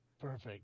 Perfect